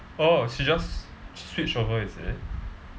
oh she just switch over is it